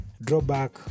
drawback